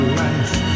life